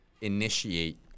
initiate